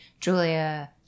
Julia